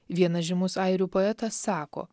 vienas žymus airių poetas sako